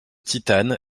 titane